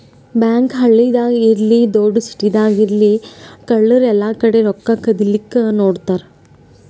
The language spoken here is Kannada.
ಬ್ಯಾಂಕ್ ಹಳ್ಳಿದಾಗ್ ಇರ್ಲಿ ದೊಡ್ಡ್ ಸಿಟಿದಾಗ್ ಇರ್ಲಿ ಕಳ್ಳರ್ ಎಲ್ಲಾಕಡಿ ರೊಕ್ಕಾ ಕದಿಲಿಕ್ಕ್ ನೋಡ್ತಾರ್